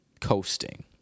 coasting